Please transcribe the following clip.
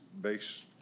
base